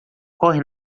corre